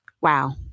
wow